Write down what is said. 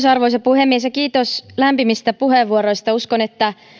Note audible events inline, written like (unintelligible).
(unintelligible) arvoisa puhemies kiitos lämpimistä puheenvuoroista uskon että